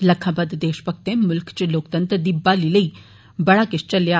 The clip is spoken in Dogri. लक्खां बद्दे देष भक्तें मुल्ख इच लोकतंत्र दी बहाली लेई बड़ा किष झेलेआ